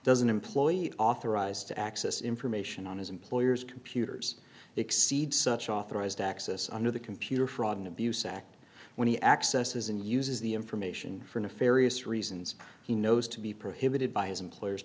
doesn't employee authorized to access information on his employer's computers exceeds such authorized access under the computer fraud and abuse act when he accesses and uses the information for nefarious reasons he knows to be prohibited by his employer